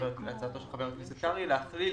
להצעתו של חבר הכנסת קרעי, להכליל